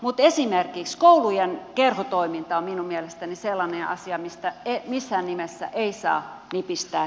mutta esimerkiksi koulujen kerhotoiminta on minun mielestäni sellainen asia mistä missään nimessä ei saa nipistää